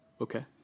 okay